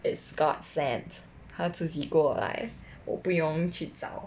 it's god sent 他自己过来我不用去找